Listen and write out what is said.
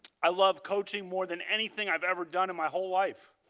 i love coaching more than anything i have ever done in my whole life.